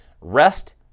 Rest